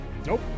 Nope